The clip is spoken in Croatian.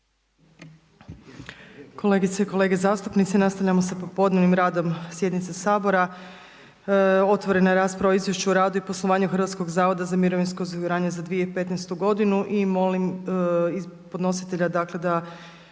Kolegice i kolege zastupnici. Nastavljamo sa popodnevnim radom sjednice Sabora. Otvorena je rasprava o izvješću radu i poslovanju Hrvatskog zavoda za mirovinsko osiguranje za 2015. godinu i molim podnositelja, dakle